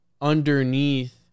underneath